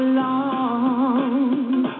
long